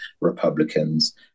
Republicans